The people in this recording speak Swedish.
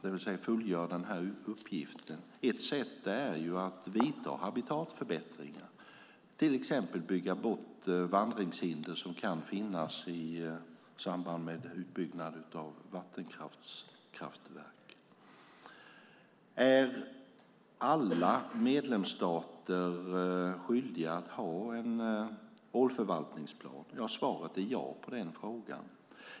Ett sätt är att vidta habitatförbättringar, till exempel bygga bort vandringshinder som kan finnas i samband med utbyggnad av vattenkraftverk. Är alla medlemsstater skyldiga att ha en ålförvaltningsplan? Svaret på den frågan är ja.